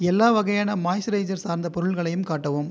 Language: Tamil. எல்லா வகையான மாய்ஸ்சரைசர் சார்ந்த பொருட்களையும் காட்டவும்